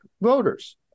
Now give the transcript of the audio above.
voters